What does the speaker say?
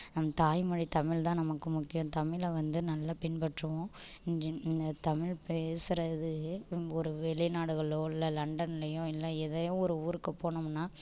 நம்ம தாய்மொழி தமிழ் தான் நமக்கு முக்கியம் தமிழை வந்து நல்ல பின்பற்றுவோம் இந்த தமிழ் பேசுகிறது ஒரு வெளி நாடுகளோ இல்லை லண்டன்லயோ இல்லை ஏதோ ஒரு ஊருக்கு போனோம்னால்